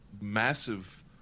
massive